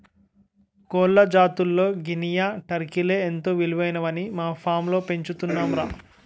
కోళ్ల జాతుల్లో గినియా, టర్కీలే ఎంతో విలువైనవని మా ఫాంలో పెంచుతున్నాంరా